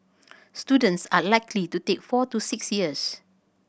students are likely to take four to six years